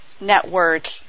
network